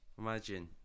imagine